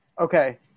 okay